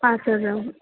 আচ্ছা আচ্ছা